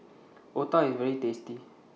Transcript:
Otah IS very tasty